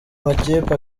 makipe